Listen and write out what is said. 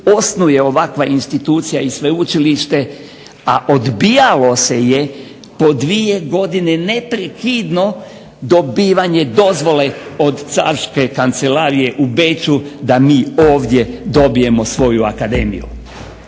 osnuje ovakva institucija i sveučilište, a odbijalo se je po dvije godine neprekidno dobivanje dozvole od carske kancelarije u Beču da mi ovdje dobijemo svoju akademiju.